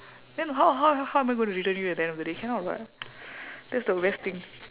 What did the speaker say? then how how how am I going to return you at the end of the day cannot what that's the best thing